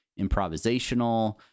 improvisational